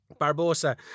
Barbosa